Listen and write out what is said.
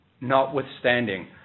Notwithstanding